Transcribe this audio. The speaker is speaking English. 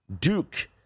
Duke